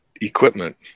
equipment